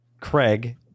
Craig